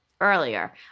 earlier